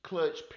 Clutch